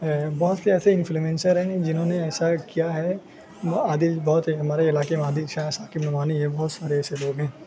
بہت سے ایسے انفلوئینسر ہیں جنہوں نے ایسا کیا ہے وہ عادل بہت ہمارے علاقے میں عادل شاہ ساقی نعمانی ہے بہت سارے ایسے لوگ ہیں